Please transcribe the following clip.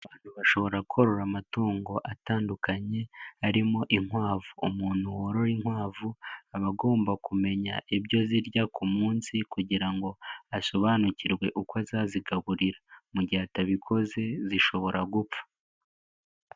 Ashobora korora amatungo atandukanye arimo inkwavu. Umuntu worora inkwavu aba agomba kumenya ibyo zirya ku munsi kugira ngo asobanukirwe uko azazigaburira mu gihe atabikoze zishobora gupfa.